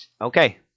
Okay